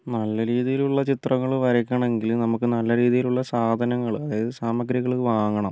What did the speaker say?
നല്ല രീതിയിലുള്ള ചിത്രങ്ങൾ വരയ്ക്കണമെങ്കിൽ നമുക്ക് നല്ല രീതിയിലുള്ള സാധനങ്ങൾ അതായത് സാമഗ്രികൾ വാങ്ങണം